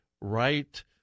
right